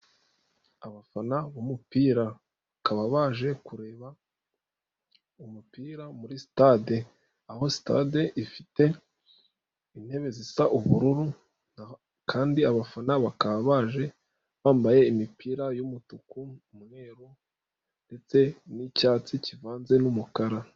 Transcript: Abafana b'umupira bakaba baje kureba umupira muri sitade aho sitade ifite intebe zisa ubururu kandi abafana bakaba baje bambaye imipira y'umutuku, umweru ndetse n'icyatsi kivanze n'umukara.